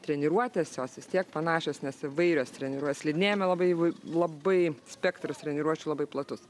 treniruotės jos vis tiek panašios nes įvairios treniruo slidinėjame labai įvai labai spektras treniruočių labai platus